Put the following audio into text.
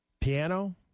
Piano